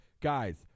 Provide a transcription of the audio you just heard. guys